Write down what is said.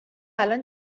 الان